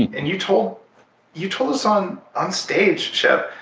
and and you told you told us on on stage shep,